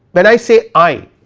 but i say i,